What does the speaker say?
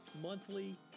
monthly